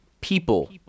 People